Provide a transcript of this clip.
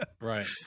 right